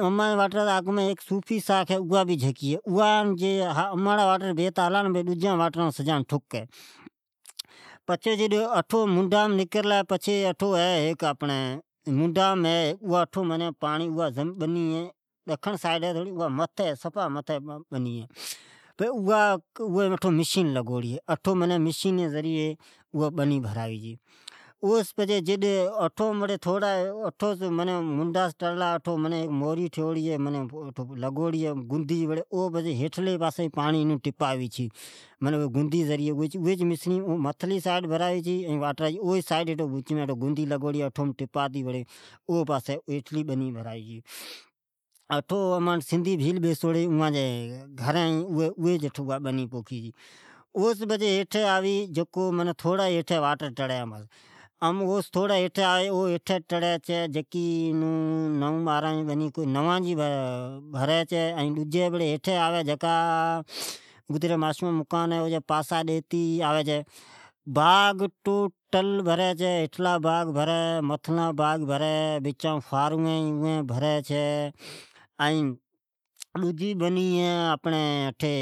امٹھ آگمین ھیک صوفی ساکھ ھئ جکوجھکی ھے جی اماڑا واٹر بیتا ھلا تو ڈجی واٹران ٹھک ھی ۔ پچھے جکو ڈکھڑا مین بنی ھی اٹھو منا منڈا میں بنی ہے اوا ڈکھنڑ سائیڈ بنی ہے سفا متھی ہے اوا مشنی ذرعی بھراوی چھے ،اوس پچھےاٹھو منا منڈاس ٹڑی اٹھو گندی لگوڑی ھے اوس پچھتے نیچلی بنی بھراوی چھی ؛ اٹھو سندی بھیل رھی چھے اوی اوا بنہی پوکھی چھے ۔ اوس پچھی او ھیٹھی واٹر ٹڑی چھی او نیچے بنی ھی نو باران اوا براوی اوس پچھی ماسوما جی مکان آوی چھی این باغ بھراوی ھیٹھلا ،متھلا ڈونی بھری این فاروین بھری چھے ائیں ڈجی بنی ہے آپنڑیں اٹھی